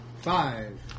five